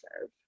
serve